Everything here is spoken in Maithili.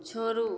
छोड़ू